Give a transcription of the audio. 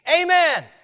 Amen